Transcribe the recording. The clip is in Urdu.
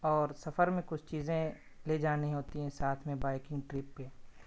اور سفر میں کچھ چیزیں لے جانی ہوتی ہیں ساتھ میں بائکنگ ٹرپ پہ